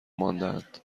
ماندهاند